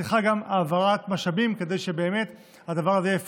מצריך גם העברת משאבים כדי שבאמת הדבר הזה יהיה אפקטיבי.